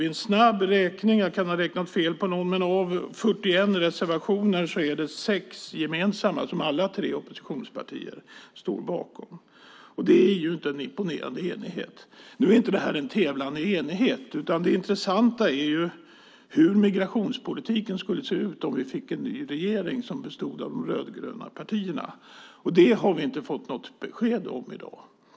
Vid en snabb räkning kan jag konstatera att det av 41 reservationer är 6 som alla de tre oppositionspartierna står bakom. Det är ju inte en imponerande enighet. Nu är inte det här en tävling i enighet, utan det intressanta är hur migrationspolitiken skulle se ut om vi fick en ny regering som bestod av de rödgröna partierna. Det har vi inte fått något besked om i dag.